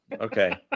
Okay